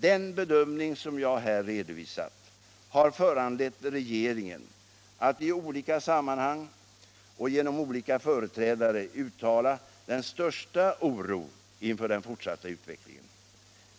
Den bedömning som jag här redovisat har föranlett regeringen att i olika sammanhang och genom olika företrädare uttala den största oro inför den fortsatta utvecklingen.